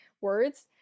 words